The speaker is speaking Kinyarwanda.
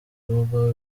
rugo